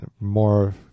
more